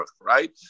right